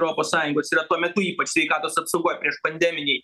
europos sąjungos yra tuo metu ypač sveikatos apsaugoj prieš pandemijai